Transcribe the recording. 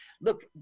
look